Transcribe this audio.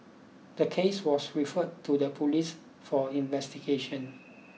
the case was referred to the police for investigation